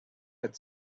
had